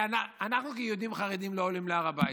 אנחנו כיהודים חרדים לא עולים להר הבית,